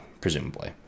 presumably